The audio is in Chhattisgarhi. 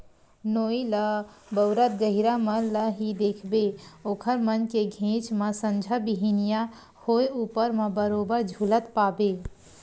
नोई ल बउरत गहिरा मन ल ही देखबे ओखर मन के घेंच म संझा बिहनियां होय ऊपर म बरोबर झुलत पाबे